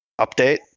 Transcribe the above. update